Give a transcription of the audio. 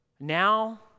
Now